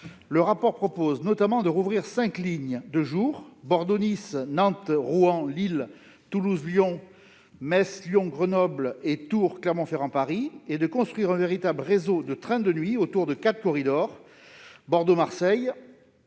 du rapport proposent notamment de rouvrir cinq lignes de jour, les lignes Bordeaux-Nice, Nantes-Rouen-Lille, Toulouse-Lyon, Metz-Lyon-Grenoble et Tours-Clermont-Ferrand-Paris, et de construire un véritable réseau de trains de nuit autour de quatre corridors, Bordeaux-Marseille,